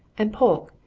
and polke,